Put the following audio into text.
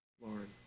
Lord